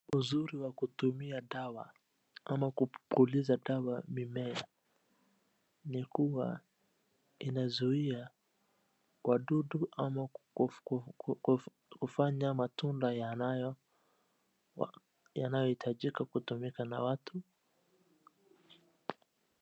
Uzuri wa kutumia dawa, ama kupuliza dawa mimea, ni kuwa inazuia wadudu ama kufanya matunda yanayo, yanayo hitajika kutumika na watu.